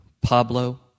Pablo